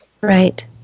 Right